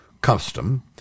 Custom